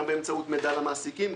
גם באמצעות מידע למעסיקים,